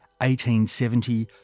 1870